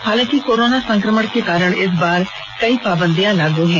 हालाँकि कोरोना संक्रमण के कारण इस बार कई पाबंदियां लागू हैं